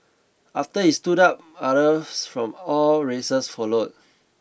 after he stood up others from all races followed